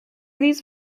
these